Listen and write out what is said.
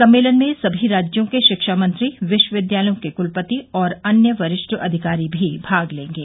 सम्मेलन में सभी राज्यों के शिक्षा मंत्री विश्व विद्यालयों के क्लपति और अन्य वरिष्ठ अधिकारी भी भाग लेंगे